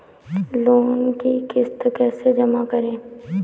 Loan की किश्त कैसे जमा करें?